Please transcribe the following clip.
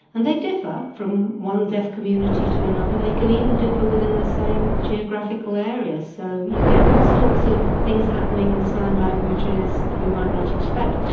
and they differ from one deaf community to another they can even differ within the same geographical areas, so you get all sorts of things happening in signed languages that you might not expect.